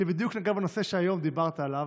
שבדיוק נגעה בנושא שהיום דיברת עליו,